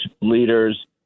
leaders